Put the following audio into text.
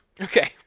Okay